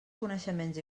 coneixements